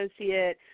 associate